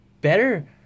better